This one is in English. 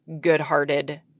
good-hearted